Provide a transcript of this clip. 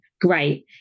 great